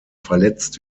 verletzt